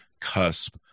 cusp